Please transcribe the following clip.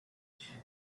age